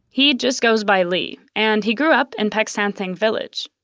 he just goes by lee and he grew up in peck san theng village.